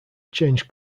changed